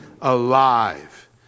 alive